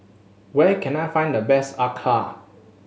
where can I find the best acar